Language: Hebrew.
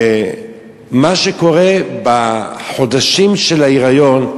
מה שקורה בחודשים של ההיריון,